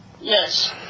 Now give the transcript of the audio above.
Yes